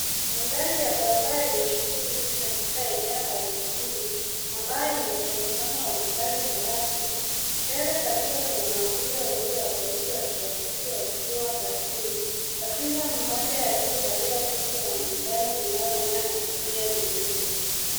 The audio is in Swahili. Mandhari ya barabara yenye shughuli nyingi katika eneo la mjini, ambayo ina msongamano wa magari na watu. Mbele kabisa kuna maafisa wawili wa polisi wa trafiki wakiwa kazini. Ofisa mmoja aliyevalia koti la manjano linalong'aa na kofia nyeupe.